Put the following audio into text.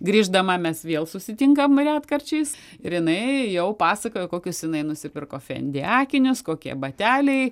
grįždama mes vėl susitinkame retkarčiais ir jinai jau pasakoja kokius jinai nusipirko fendi akinius kokie bateliai